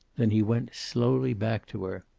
then he went slowly back to her.